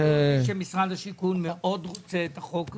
משרד השיכון מאוד רוצה את החוק הזה.